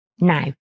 now